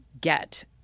get